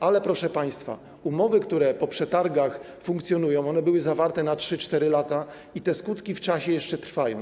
Ale, proszę państwa, umowy, które po przetargach funkcjonują, były zawarte na 3–4 lata i te skutki w czasie jeszcze trwają.